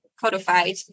codified